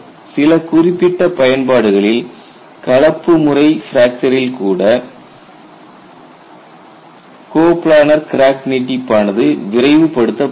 சில குறிப்பிட்ட பயன்பாடுகளின் கலப்பு முறை பிராக்சரில் கூட கோப்லானார் கிராக் நீட்டிப்பானது விரைவுபடுத்தப்படுகிறது